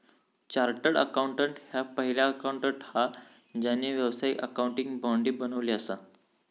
chartered accountant ह्या पहिला accountant हा ज्यांना व्यावसायिक अकाउंटिंग बॉडी बनवली असा